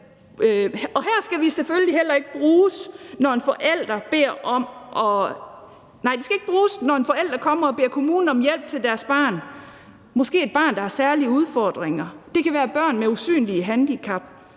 Det skal selvfølgelig heller ikke bruges, når en forælder kommer og beder kommunen om hjælp til sit barn – måske er det et barn med særlige udfordringer, det kan være et barn med et usynligt handicap.